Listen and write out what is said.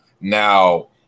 Now